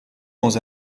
dans